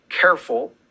careful